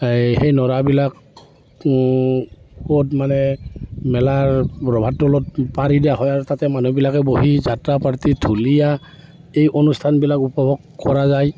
এই সেই নৰাবিলাক ক'ত মানে মেলাৰ ৰভাতলত পাৰি দিয়া হয় আৰু তাতে মানুহবিলাকে বহি যাত্ৰা পাৰ্টি ঢুলীয়া এই অনুষ্ঠানবিলাক উপভোগ কৰা যায়